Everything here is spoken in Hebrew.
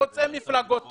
זה חוצה מפלגות,